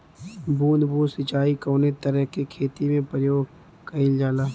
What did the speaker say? बूंद बूंद सिंचाई कवने तरह के खेती में प्रयोग कइलजाला?